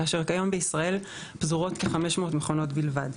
כאשר היום בישראל פזורות כ-500 מכונות בלבד.